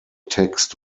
text